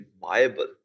viable